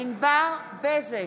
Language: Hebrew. ענבר בזק,